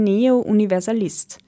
Neo-Universalist